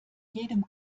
jedem